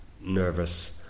nervous